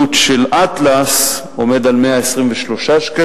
עלות של אטלס עומדת על 123 שקלים,